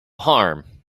harm